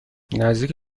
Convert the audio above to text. نزدیک